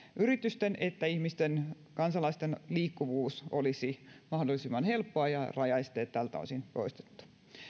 yritysten että ihmisten kansalaisten liikkuvuus olisi mahdollisimman helppoa ja rajaesteet tältä osin poistettu